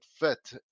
fit